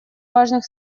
важных